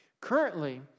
Currently